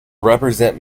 represent